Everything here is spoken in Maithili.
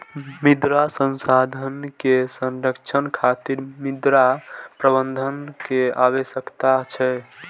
मृदा संसाधन के संरक्षण खातिर मृदा प्रबंधन के आवश्यकता छै